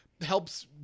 Helps